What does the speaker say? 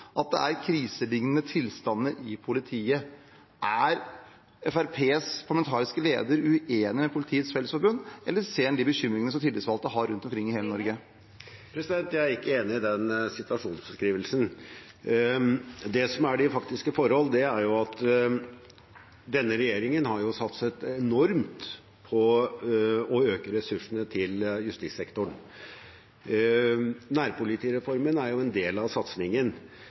politidistrikter er det kriselignende tilstander i politiet. Er Fremskrittspartiets parlamentariske leder uenig med Politiets Fellesforbund, eller ser han de bekymringene som tillitsvalgte har rundt omkring i hele Norge? Jeg er ikke enig i den situasjonsbeskrivelsen. Det som er de faktiske forhold, er at denne regjeringen har satset enormt på å øke ressursene til justissektoren. Nærpolitireformen er en del av satsingen,